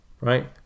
Right